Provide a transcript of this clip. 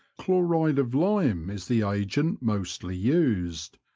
chloride of lime is the agent mostly used,